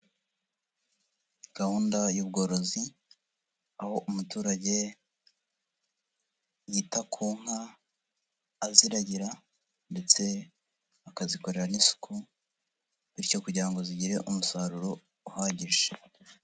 Gahunda y'ubworozi, aho umuturage yita ku nka aziragira ndetse akazizikorera n'isuku, bityo kugira ngo zigire umusaruro uhagije.